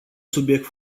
subiect